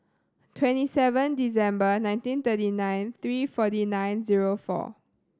twenty seven December nineteen thirty nine three forty nine zero four